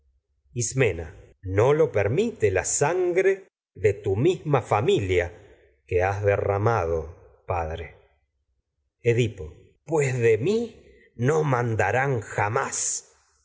tebano ismena no lo permite la sangre de tu misma fami lia padre edipo pues de mí no mandarán jamás